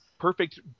perfect